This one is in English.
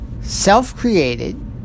self-created